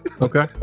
Okay